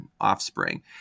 offspring